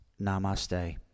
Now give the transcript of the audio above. Namaste